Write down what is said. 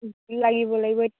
লাগিব লাগিব